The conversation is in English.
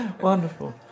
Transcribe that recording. Wonderful